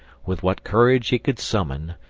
with what courage he could summon,